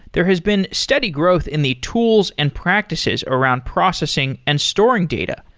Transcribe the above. there has been steady growth in the tools and practices around processing and storing data.